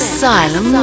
Asylum